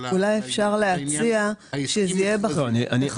אבל עכשיו אנחנו מסכימים ל-30 מיליון שקל.